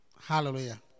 Hallelujah